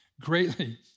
greatly